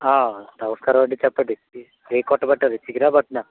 నమస్కారం అండి చెప్పండి ఏం కొట్టమంటారు చికెనా మటనా